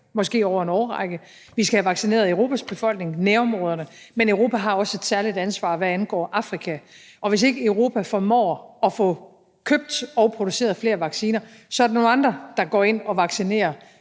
måske over en årrække. Vi skal have vaccineret Europas befolkning, nærområderne, men Europa har også et særligt ansvar, hvad angår Afrika, og hvis ikke Europa formår at få købt og produceret flere vacciner, er der nogle andre, der går ind og vaccinerer